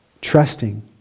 trusting